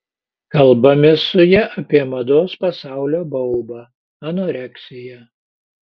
kalbamės su ja apie mados pasaulio baubą anoreksiją